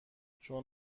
چون